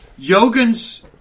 Yogans